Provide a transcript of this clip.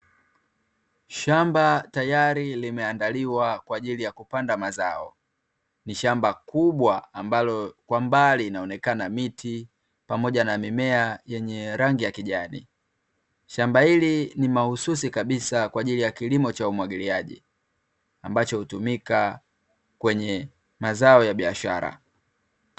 Shamba tayari limeandaliwa kwaajili ya kupanda mazao, ni shamba kubwa ambalo kwa mbali inaonekana miti pamoja na mimea yenye rangi ya kijani. Shamba hili ni mahususi kabisa kwaajili ya kilimo cha umwagiliaji, ambacho hutumika kwenye mazao ya biashara.